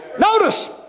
Notice